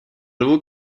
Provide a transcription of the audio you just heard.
nouveau